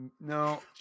No